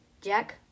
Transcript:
Jack